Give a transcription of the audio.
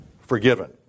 forgiven